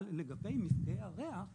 לגבי מפגעי הריח,